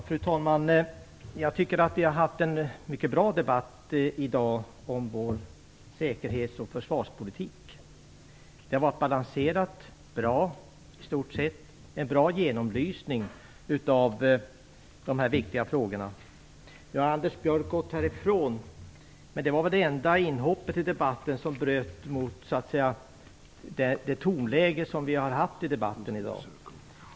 Fru talman! Jag tycker att vi i dag har haft en mycket bra debatt om vår säkerhets och försvarspolitik. Debatten har i stort sett varit balanserad, och det har gjorts en bra genomlysning av dessa viktiga frågor. Nu har Anders Björck gått härifrån, men hans inhopp i debatten är väl det enda som har brutit mot det tonläge som vi har haft i debatten i dag.